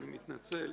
אני מתנצל,